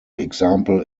example